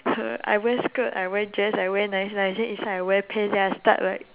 I wear skirt I wear dress I wear nice nice then inside I wear pants then I start like